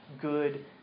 good